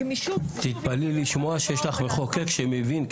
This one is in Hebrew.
הגמישות --- תתפלאי לשמוע שיש לך מחוקק שמבין.